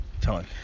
time